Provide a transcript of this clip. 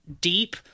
deep